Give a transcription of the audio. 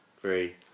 three